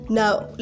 Now